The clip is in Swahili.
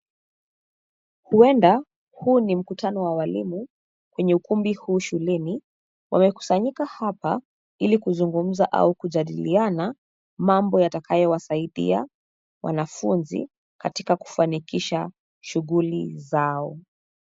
Huenda huu ni mkutano wa walimu kwenye ukumbi huu shuleni, wamekusanyika hapa ili kuzungumza au kujadiliana mambo yatakayo wasaida wanafunzi katika kufanikisha shughuli zao.